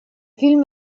film